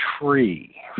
tree